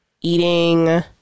eating